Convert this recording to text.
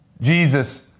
Jesus